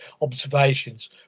observations